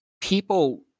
people